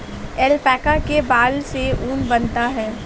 alpaca के बाल से ऊन बनता है